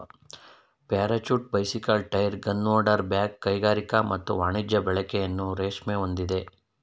parachute bicycle tyre gunpowder bag ಕೈಗಾರಿಕಾ ಮತ್ತು ವಾಣಿಜ್ಯ ಬಳಕೆಯನ್ನು ರೇಷ್ಮೆ ಹೊಂದಿದೆ